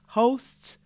hosts